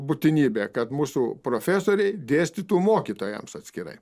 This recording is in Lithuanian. būtinybė kad mūsų profesoriai dėstytų mokytojams atskirai